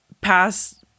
past